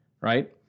Right